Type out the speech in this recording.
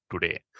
today